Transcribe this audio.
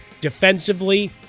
defensively